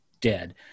dead